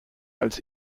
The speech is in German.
als